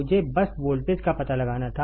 मुझे बस वोल्टेज का पता लगाना था